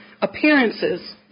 appearances